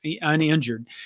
uninjured